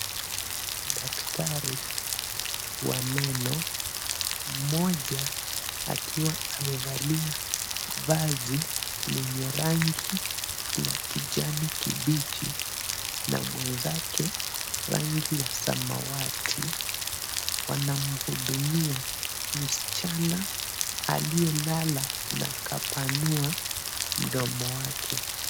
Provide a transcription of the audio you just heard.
Daktari wa meno mmoja akiwa amevalia vazi lenye rangi la kijani kibichi na mwenzake rangi ya samawati wanamhudumia msichana aliyelala na akapanua mdomo wake.